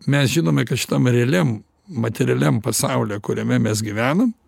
mes žinome kad šitam realiam materialiam pasaulyje kuriame mes gyvenam